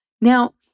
Now